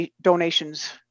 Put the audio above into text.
donations